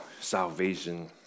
salvation